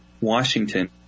Washington